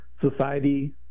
society